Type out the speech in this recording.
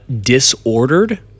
disordered